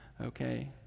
okay